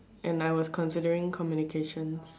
and I was considering communication